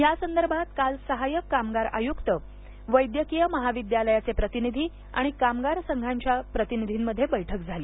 या संदर्भात काल सहाय्यक कामगार आय्क्त वैद्यकीय महाविद्यालयाचे प्रतिनिधी आणि कामगार संघाच्या प्रतिनिधीमध्ये बैठक झाली